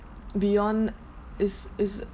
beyond is is